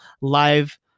live